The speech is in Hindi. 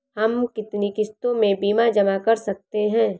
हम कितनी किश्तों में बीमा जमा कर सकते हैं?